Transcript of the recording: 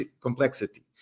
complexity